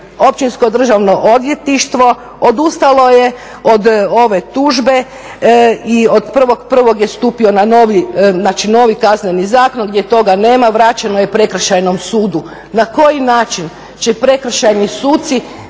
Općinsko državno odvjetništvo odustalo je od ove tužbe i od 1.01. je stupio novi Kazneni zakon gdje toga nema, vraćeno je Prekršajnom sudu. Na koji način će prekršajni suci